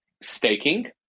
staking